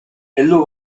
heldu